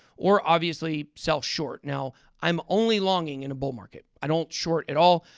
or, obviously, sell short. now, i'm only longing in a bull market. i don't short at all.